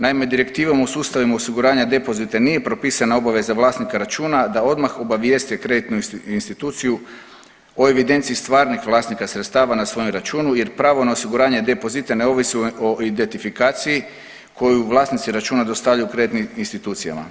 Naime, Direktivom o sustavima osiguranja depozita nije propisana obaveza vlasnika računa da odmah obavijeste kreditnu instituciju o evidenciji stvarnih vlasnika sredstava na svojem računu jer pravo na osiguranje depozita ne ovisi o identifikaciji koju vlasnici računa dostavljaju kreditnim institucijama.